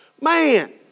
man